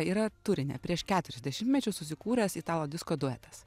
yra turine prieš keturis dešimtmečius susikūręs italų disko duetas